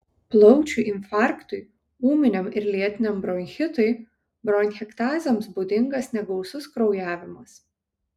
plaučių infarktui ūminiam ir lėtiniam bronchitui bronchektazėms būdingas negausus kraujavimas